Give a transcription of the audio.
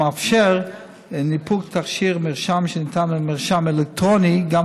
המאפשר ניפוק תכשיר מרשם שניתן במרשם אלקטרוני גם